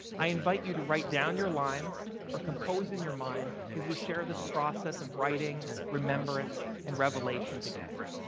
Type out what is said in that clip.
i invite you to write down your lines or compose in your mind as we share this process of writing, remembrance and revelation together.